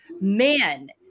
man